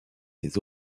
des